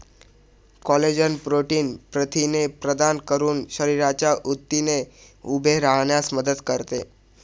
collagen protein प्रथिने प्रदान करून शरीराच्या ऊतींना उभे राहण्यास मदत करते